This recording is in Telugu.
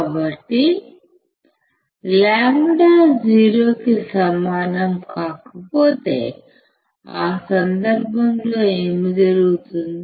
కాబట్టి λ 0 కి సమానం కాకపోతే ఆ సందర్భంలో ఏమి జరుగుతుంది